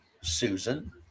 Susan